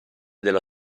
della